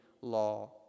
law